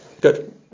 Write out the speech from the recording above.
Good